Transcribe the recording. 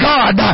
God